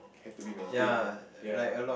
have to be maintained ah ya